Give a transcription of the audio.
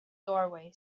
doorway